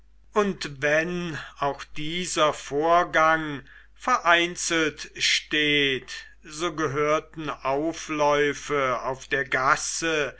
und wenn auch dieser vorgang vereinzelt steht so gehörten aufläufe auf der gasse